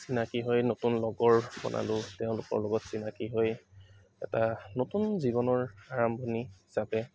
চিনাকি হৈ নতুন লগৰ বনালো তেওঁলোকৰ লগত চিনাকি হৈ এটা নতুন জীৱনৰ আৰম্ভণি হিচাপে